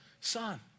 Son